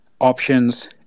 options